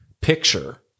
picture